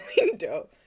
window